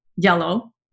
yellow